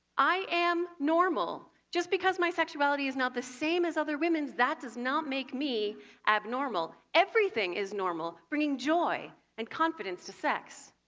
i am normal. just because my sexuality is not the same as other women's, that does not make me abnormal. everything is normal. bringing joy and confidence to sex.